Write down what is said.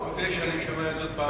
אני מודה שאני שומע את זאת פעם ראשונה.